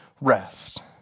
rest